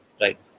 Right